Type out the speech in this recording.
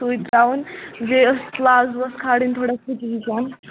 سُے ترٛاوُن بیٚیہِ ٲس پٕلازووَس کھالٕنۍ تھوڑا فُچہِ ہِش